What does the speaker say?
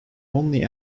only